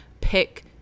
pick